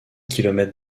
kilomètres